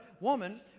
Woman